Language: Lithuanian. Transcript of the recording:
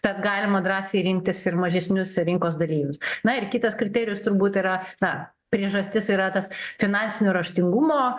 tad galima drąsiai rinktis ir mažesnius rinkos dalyvius na ir kitas kriterijus turbūt yra na priežastis yra tas finansinio raštingumo